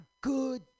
good